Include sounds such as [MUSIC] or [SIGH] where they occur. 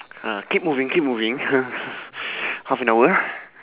ah keep moving keep moving [NOISE] half an hour